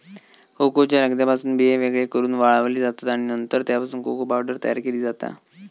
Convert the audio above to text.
कोकोच्या लगद्यापासून बिये वेगळे करून वाळवले जातत आणि नंतर त्यापासून कोको पावडर तयार केली जाता